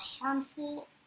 harmful